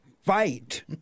fight